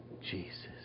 Jesus